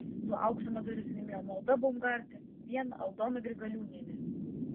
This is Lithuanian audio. du aukso medalius laimėjo malda baumgartė vieną aldona grigaliūnienė